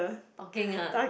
talking ah